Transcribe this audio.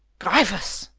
gryphus!